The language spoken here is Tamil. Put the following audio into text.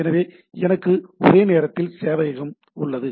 எனவே எனக்கு ஒரே நேரத்தில் சேவையகம் உள்ளது